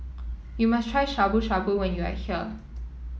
you must try Shabu Shabu when you are here